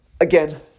Again